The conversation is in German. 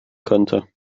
könnte